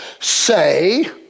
say